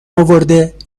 اورده